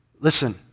Listen